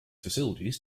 facilities